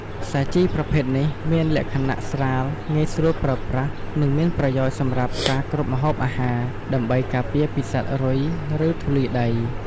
សាជីប្រភេទនេះមានលក្ខណៈស្រាល ងាយស្រួលប្រើប្រាស់ និងមានប្រយោជន៍សម្រាប់ការគ្របម្ហូបអាហារ ដើម្បីការពារពីសត្វរុយ ឬធូលីដី។